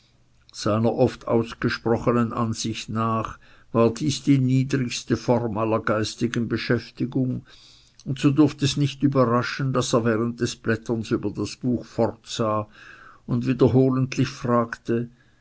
seiner oft ausgesprochenen ansicht nach war dies die niedrigste form aller geistigen beschäftigung und so durft es nicht überraschen daß er während des blätterns über das buch fortsah und wiederholentlich fragte